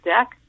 deck